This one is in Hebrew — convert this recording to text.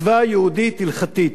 מצווה יהודית הלכתית.